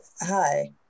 Hi